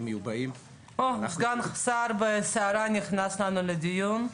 מיובאים --- סגן השר בסערה נכנס לדיון.